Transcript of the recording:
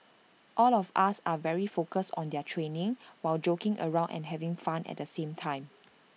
all of us are very focused on their training while joking around and having fun at the same time